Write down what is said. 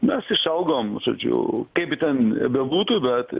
mes išaugom žodžiu kaip ten bebūtų bet